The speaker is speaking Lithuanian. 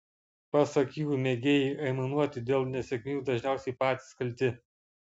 pasak jų mėgėjai aimanuoti dėl nesėkmių dažniausiai patys kalti